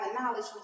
knowledge